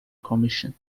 commission